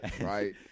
Right